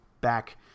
back